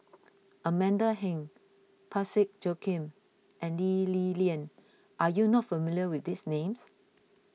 Amanda Heng Parsick Joaquim and Lee Li Lian are you not familiar with these names